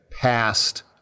past